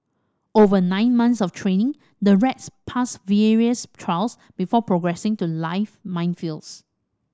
over nine months of training the rats pass various trials before progressing to live minefields